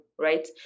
right